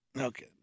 Okay